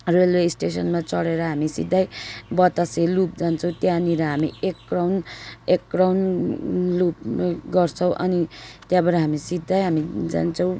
railway स्टेसनमा चढेर हामी सिधै बतासे लुप जान्छौँ त्याँनिर हामी एक राउन्ड एक राउन्ड लुप गर्छौँ अनि त्याँबाट हामी सिधै हामी जान्छौँ